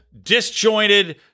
disjointed